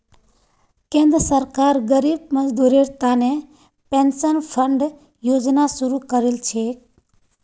केंद्र सरकार गरीब मजदूरेर तने पेंशन फण्ड योजना शुरू करील छेक